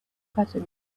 fatima